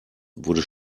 wurde